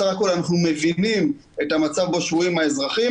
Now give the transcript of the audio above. בסך הכול אנחנו מבינים את המצב של האזרחים